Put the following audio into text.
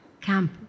camp